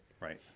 Right